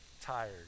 Tired